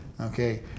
Okay